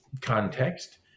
context